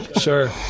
sure